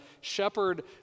shepherd